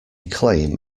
claim